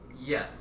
Yes